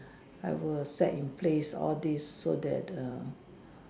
I will set in place all this so that err